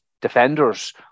defenders